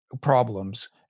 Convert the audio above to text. problems